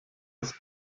das